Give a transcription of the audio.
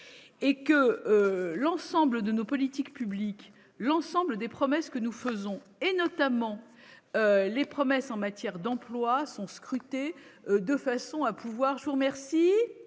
et que l'ensemble de nos politiques publiques l'ensemble des promesses que nous faisons et notamment les promesses en matière d'emploi sont scrutés de façon à pouvoir,